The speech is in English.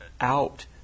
out